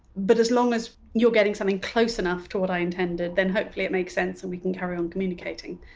but as long as you're getting something close enough to what i intended, then hopefully it makes sense and we can carry on communicating.